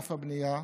בענף הבנייה.